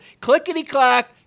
Clickety-clack